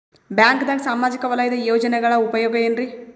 ಬ್ಯಾಂಕ್ದಾಗ ಸಾಮಾಜಿಕ ವಲಯದ ಯೋಜನೆಗಳ ಉಪಯೋಗ ಏನ್ರೀ?